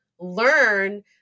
learn